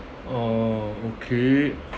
uh okay